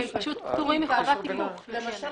למשל